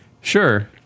Sure